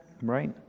Right